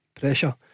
pressure